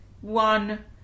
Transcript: one